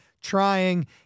trying